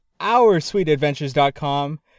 OurSweetAdventures.com